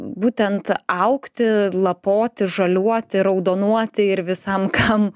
būtent augti lapoti žaliuoti raudonuoti ir visam kam